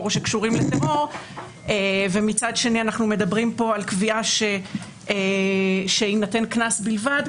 וקשורים לטרור ומצד שני אנחנו מדברים על קביעה שיינתן קנס בלבד,